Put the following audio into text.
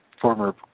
former